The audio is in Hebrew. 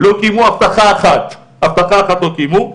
הבטחה אחת לא קיימו.